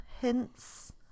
hints